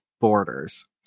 borders